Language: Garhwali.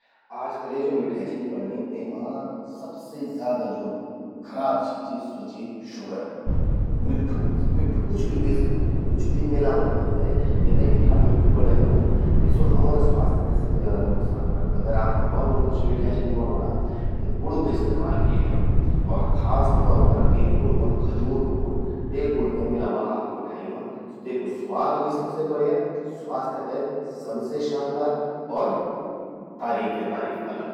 आजकले ज्वो मिठै छिन बण्णीं, तेमां सबसे ज्यादा ज्वो खराब चीज चि, स्वो चि शुगर। मिठ्ठू..मिठ्ठू कुछ भी ह्वे सकद, स्वो कुछ भी मिलावट करी ते तेते इथ्या मिठ्ठू बणें द्योंदन कि स्वो हमरा स्वास्थ्य ते सबसे ज्यादा नुकसान करद। घौर मू कुछ मिठै छिन बणौंणा त गुड़ कु इस्तेमाल किये जौ और खासतौर पर एक गुड़ ह्वंद खजूर कु गुड़, ते गुड़ ते मिलावा आप मिठाई मां। तेकु स्वाद भी सबसे बढ़िया, स्वास्थ्य ते सबसे शानदार और तारीफे तारीफ अलग।